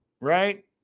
right